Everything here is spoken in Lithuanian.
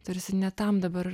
tarsi ne tam dabar